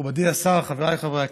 מכובדי השר, חבריי חברי הכנסת,